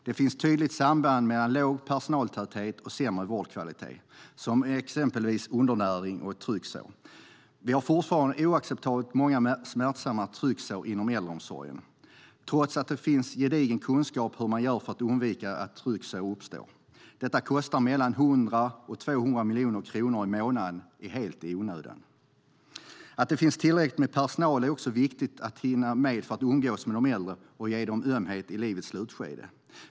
Det finns ett tydligt samband mellan låg personaltäthet och sämre vårdkvalitet, som exempelvis undernäring och trycksår. Vi har fortfarande oacceptabelt många med smärtsamma trycksår inom äldreomsorgen, trots att det finns gedigen kunskap om hur man gör för att undvika att trycksår uppstår. Detta kostar mellan 100 och 200 miljoner kronor i månaden helt i onödan. Att det finns tillräckligt med personal är också viktigt för att hinna med att umgås med de äldre och ge dem ömhet i livets slutskede.